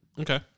Okay